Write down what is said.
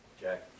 Jack